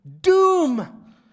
doom